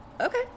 Okay